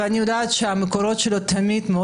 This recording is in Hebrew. ואני יודעת מה המקורות שלו תמיד,